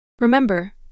Remember